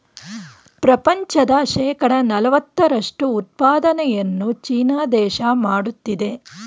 ಪ್ರಪಂಚದ ಶೇಕಡ ನಲವತ್ತರಷ್ಟು ಉತ್ಪಾದನೆಯನ್ನು ಚೀನಾ ದೇಶ ಮಾಡುತ್ತಿದೆ